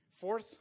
Fourth